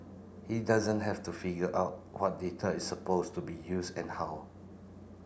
he doesn't have to figure out what data is supposed to be used and how